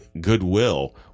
goodwill